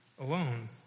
alone